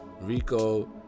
Rico